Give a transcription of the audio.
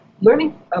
learning